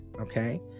okay